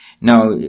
Now